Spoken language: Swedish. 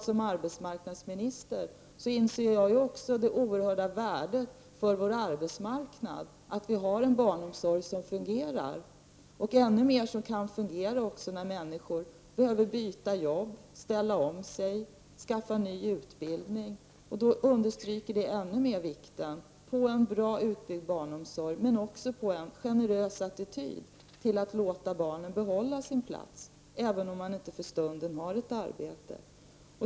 Som arbetsmarknadsminister inser jag också det oerhörda värdet för vår arbetsmarknad av att vi har en barnomsorg som fungerar. Den skall också fungera när människor behöver byta jobb, ställa om sig, skaffa ny utbildning. Det understyker ännu mer vikten av en väl utbyggd barnomsorg, men också av en generös attityd när det gäller att låta barnen behålla sin plats, även om föräldern inte för stunden har ett arbete.